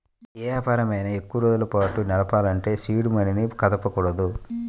యే వ్యాపారమైనా ఎక్కువరోజుల పాటు నడపాలంటే సీడ్ మనీని కదపకూడదు